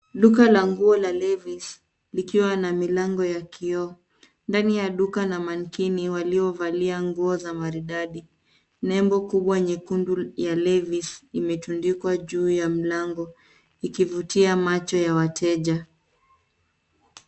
Duka la nguo la Levis likiwa na milango ya kioo. Ndani ya duka na mankini waliovalia nguo za maridadi. Nembo kubwa nyekundu ya Levis imetundikwa juu ya mlango ikivutia macho ya wateja.